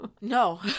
No